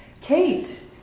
Kate